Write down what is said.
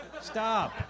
stop